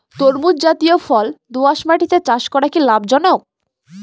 তরমুজ জাতিয় ফল দোঁয়াশ মাটিতে চাষ করা কি লাভজনক?